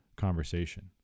Conversation